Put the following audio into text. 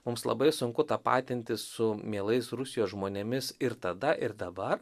mums labai sunku tapatintis su mielais rusijos žmonėmis ir tada ir dabar